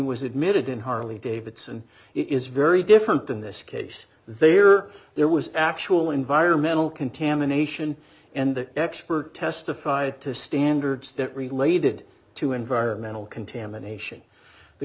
was admitted in harley davidson it is very different in this case there are there was actual environmental contamination and that expert testified to standards that related to environmental contamination the